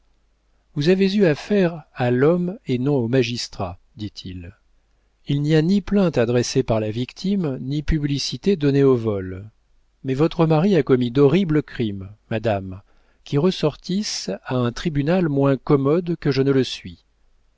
vous avez eu affaire à l'homme et non au magistrat dit-il il n'y a ni plainte adressée par la victime ni publicité donnée au vol mais votre mari a commis d'horribles crimes madame qui ressortissent à un tribunal moins commode que je ne le suis